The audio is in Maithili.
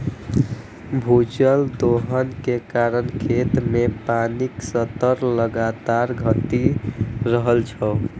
भूजल दोहन के कारण खेत मे पानिक स्तर लगातार घटि रहल छै